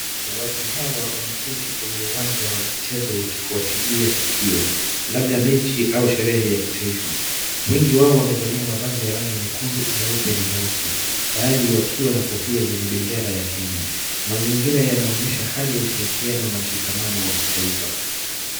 Watu hawa wameketi kwenye uwanja wa michezo wakifuatilia tukio. Labda mechi au sherehe ya kitaifa. Wengi wao wamevalia mavazi ya rangi nyekundu, nyeupe na nyeusi baadhi wakiwa na kofia zenye bendera ya Kenya. Mazingira yanaonyesha hali ya ushirikiano na mshikamano wa kitaifa.